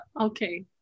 Okay